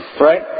right